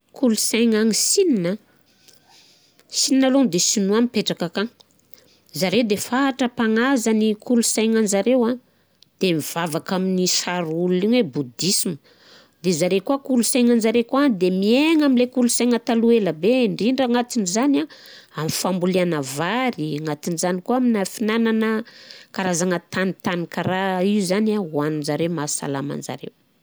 Kolosaigna agny Sina, Chine alôha de chinois mipetraka akagny. Zare de fatra-pagnaza ny kolosaignan'ny zareo an de mivavaka amin'igny sary olona igny hoe Bouddhisme. De zare koà, kolosaignan'ny zare koà de miaigna amin'ny kolosaigna taloà ela be, ndridra gnatin'izany a amin'ny famboliana vary, agnatin'izany koà amin'ny finanagna karazagna tanitany karaha io zany hoaninzare, mahasalama anjareo.